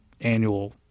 annual